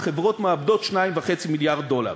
החברות מאבדות 2.5 מיליארד דולר.